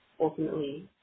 ultimately